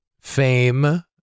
fame